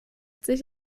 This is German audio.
sich